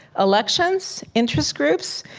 elections, interest groups,